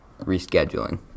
rescheduling